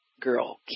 girl